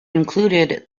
included